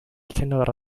cannot